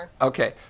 Okay